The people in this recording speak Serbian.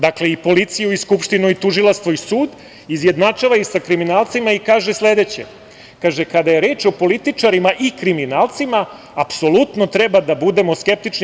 Dakle, i policiju i Skupštinu i tužilaštvo i sud izjednačava sa kriminalcima i kaže sledeće: kada je reč o političarima i kriminalcima, apsolutno treba da budemo skeptični.